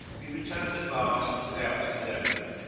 he returned at last without his errand,